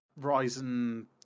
Ryzen